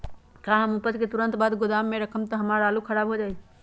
का हम उपज के तुरंत बाद गोदाम में रखम त हमार आलू खराब हो जाइ?